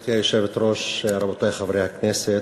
גברתי היושבת-ראש, רבותי חברי הכנסת,